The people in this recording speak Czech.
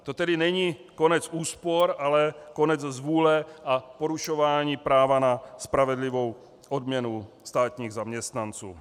To tedy není konec úspor, ale konec zvůle a porušování práva na spravedlivou odměnu státních zaměstnanců.